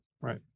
right